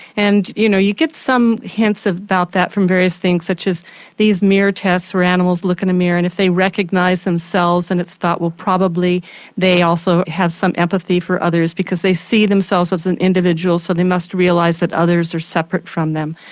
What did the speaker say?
and you know you get some hints about that from various things such as these mirror tests where animals look in a mirror and if they recognise themselves then it's thought that well probably they also have some empathy for others because they see themselves as an individual so they must realise that others are separate from them.